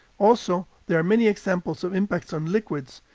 also, there are many examples of impacts on liquids,